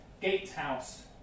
gatehouse